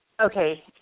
Okay